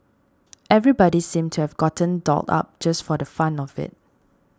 everybody seemed to have gotten dolled up just for the fun of it